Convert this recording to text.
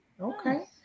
Okay